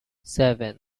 seven